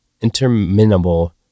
interminable